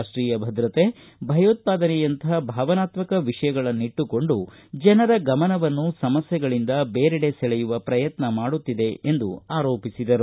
ರಾಷ್ಷೀಯ ಭದ್ರತೆ ಭಯೋತ್ವಾದನೆಯಂಥ ಭಾವನಾತ್ಮಕ ವಿಷಯಗಳನ್ನಿಟ್ಲುಕೊಂಡು ಜನರ ಗಮನವನ್ನು ಸಮಸ್ಥೆಗಳಿಂದ ಬೇರೆಡೆ ಸೆಳೆಯುವ ಪ್ರಯತ್ನ ಮಾಡುತ್ತಿದೆ ಎಂದು ಆರೋಪಿಸಿದರು